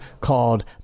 called